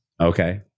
Okay